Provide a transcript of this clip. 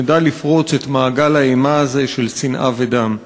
שנדע לפרוץ את מעגל האימה הזה של שנאה ודם.